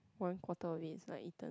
one quarter of it is like eaten